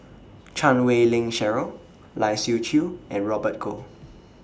Chan Wei Ling Cheryl Lai Siu Chiu and Robert Goh